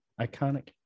iconic